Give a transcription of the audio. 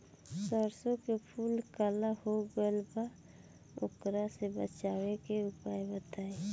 सरसों के फूल काला हो गएल बा वोकरा से बचाव के उपाय बताई?